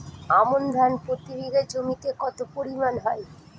আমন ধান প্রতি বিঘা জমিতে কতো পরিমাণ হয়?